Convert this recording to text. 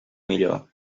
millor